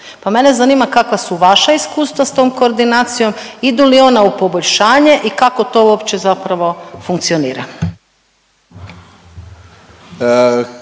pa mene zanima kakva su vaša iskustva s tom koordinacijom, idu li ona u poboljšanje i kako to uopće zapravo funkcionira?